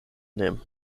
nehmen